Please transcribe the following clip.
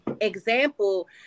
example